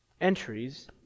entries